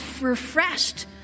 refreshed